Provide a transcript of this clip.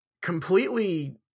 completely